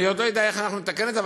אני עוד לא יודע איך אנחנו נתקן את זה,